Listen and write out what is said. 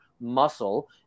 muscle